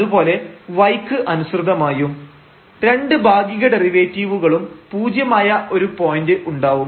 അതുപോലെ y ക്ക് അനുസൃതമായും രണ്ട് ഭാഗിക ഡെറിവേറ്റീവുകളും പൂജ്യമായ ഒരു പോയന്റ് ഉണ്ടാവും